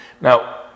Now